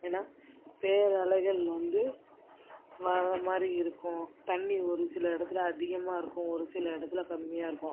ஏன்னா பேர் அலைகள் வந்து வர மாதிரி இருக்கும் தண்ணி ஒரு சில இடத்துல அதிகமாக இருக்கும் ஒரு சில இடத்துல கம்மியாக இருக்கும்